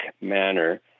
manner